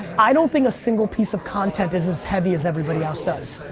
i don't think a single piece of content is as heavy as everybody else does.